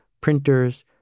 printers